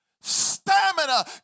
Stamina